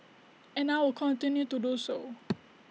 and I will continue to do so